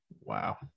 Wow